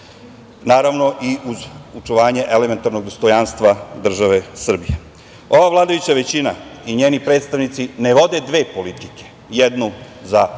naravno i uz očuvanje elementarnog dostojanstva države Srbije. Ova vladajuća većina i njeni predstavnici ne vode dve politike, jednu za